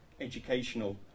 educational